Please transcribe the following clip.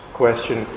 question